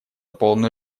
полную